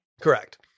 Correct